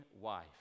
wife